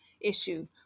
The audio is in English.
issue